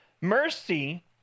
Mercy